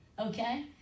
okay